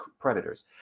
predators